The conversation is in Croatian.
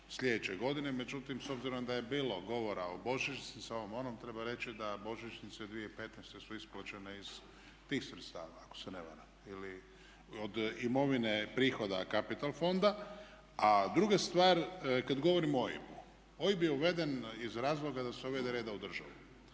sljedeće godine međutim s obzirom da je bilo govora o božićnicama, ovom, onom, treba reći da božićnice 2015. su isplaćene iz tih sredstava ako se ne varam. Ili od imovine prihoda Capital fonda. A druga stvar kada govorimo o OIB-u. OIB je uveden iz razloga da se uvede reda u državu.